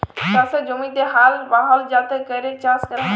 চাষের জমিতে হাল বহাল যাতে ক্যরে চাষ ক্যরা হ্যয়